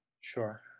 sure